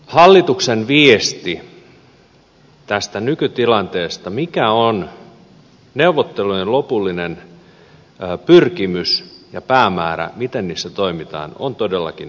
hallituksen viesti tästä nykytilanteesta mikä on neuvottelujen lopullinen pyrkimys ja päämäärä miten niissä toimitaan on todellakin epäselvä